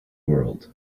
world